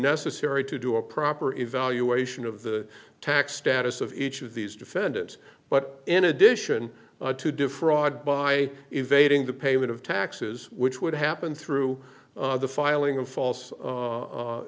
necessary to do a proper evaluation of the tax status of each of these defendants but in addition to defraud by evading the payment of taxes which would happen through the filing of false